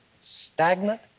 stagnant